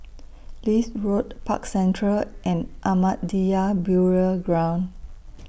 Leith Road Park Central and Ahmadiyya Burial Ground